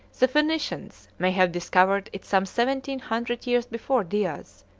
the phoenicians may have discovered it some seventeen hundred years before diaz,